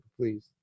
Please